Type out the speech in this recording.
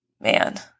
man